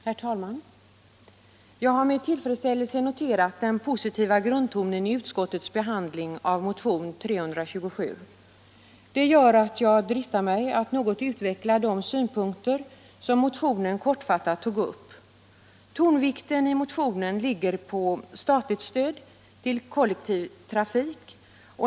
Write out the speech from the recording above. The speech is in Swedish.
Herr talman! Jag har med tillfredsställelse konstaterat den positiva grundtonen i utskottets behandling av motionen 327. Det gör att jag dristar mig att något utveckla de synpunkter som motionen kortfattat tog upp. Tonvikten i motionen ligger på statligt stöd till kollektivtrafik.